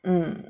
mm